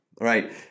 right